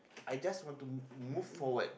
I just want to move forward